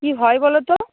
কী হয় বলো তো